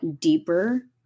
deeper